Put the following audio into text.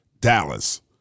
Dallas